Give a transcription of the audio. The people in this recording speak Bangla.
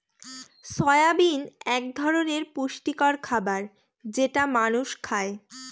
সয়াবিন এক ধরনের পুষ্টিকর খাবার যেটা মানুষ খায়